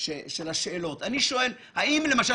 או אולי אפילו